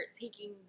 taking